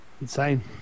Insane